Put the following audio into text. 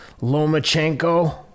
Lomachenko